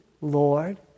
Lord